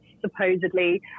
supposedly